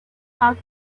about